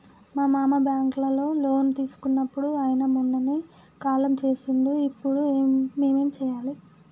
మా మామ బ్యాంక్ లో లోన్ తీసుకున్నడు అయిన మొన్ననే కాలం చేసిండు ఇప్పుడు మేం ఏం చేయాలి?